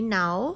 now